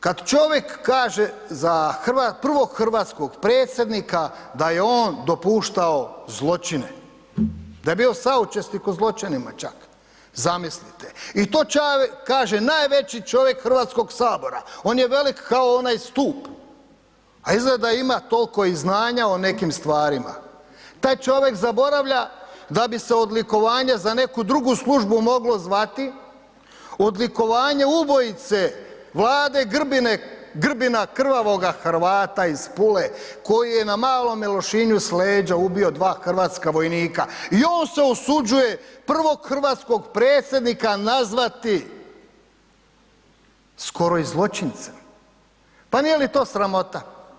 Kad čovjek kaže za prvog hrvatskog predsjednika da je on dopuštao zločine, da je bio suučesnik u zločinima čak, zamislite i to kaže najveći čovjek HS, on je velik kao onaj stup, a izgleda da ima tolko i znanja o nekim stvarima, taj čovjek zaboravlja da bi se odlikovanje za neku drugu službu moglo zvati odlikovanje ubojice Vlade Grbine, Grbina, krvavoga Hrvata iz Pule koji je na Malome Lošinju s leđa ubio dva hrvatska vojnika i on se usuđuje prvog hrvatskog predsjednika nazvati skoro i zločincem, pa nije li to sramota?